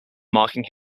marking